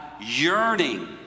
yearning